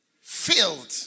filled